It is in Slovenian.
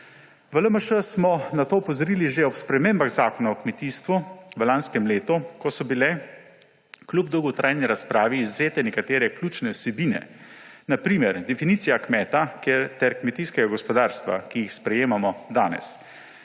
V LMŠ smo na to opozorili že ob spremembah Zakona o kmetijstvu v lanskem letu, ko so bile kljub dolgotrajni razpravi izvzete nekatere ključne vsebine, na primer definicija kmeta ter kmetijskega gospodarstva, ki jih sprejemamo danes.